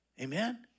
Amen